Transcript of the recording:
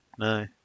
No